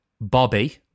Bobby